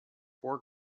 four